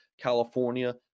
California